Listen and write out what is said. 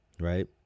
Right